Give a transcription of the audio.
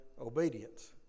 obedience